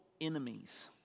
enemies